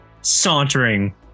sauntering